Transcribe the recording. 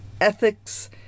ethics